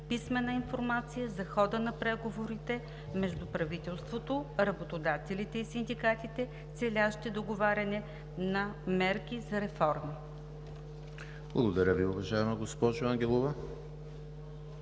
писмена информация за хода на преговорите между правителството, работодателите и синдикатите, целящи договаряне на мерки за реформи.“ Моля, режим на гласуване.